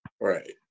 Right